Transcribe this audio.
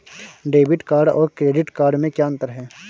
Debit card और credit card में क्या अंतर है?